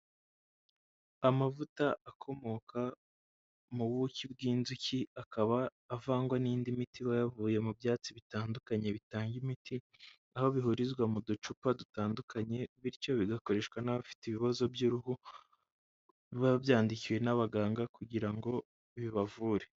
Amavuta akomoka mu buki bw'inzuki akaba avangwa n'indi miti yavuye mu byatsi bitandukanye bitanga imiti, aho bihurizwa mu ducupa dutandukanye bityo bigakoreshwa n'abafite ibibazo by'uruhu, babyandikiwe n'abaganga kugira ngo bibavure.